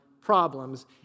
problems